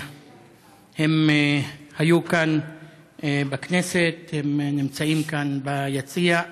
הם היו כאן בכנסת, הם נמצאים כאן ביציע.